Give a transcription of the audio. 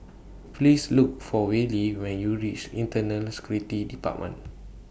Please Look For Wally when YOU REACH Internal Security department